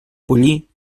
pollí